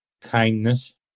Kindness